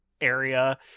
area